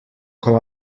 com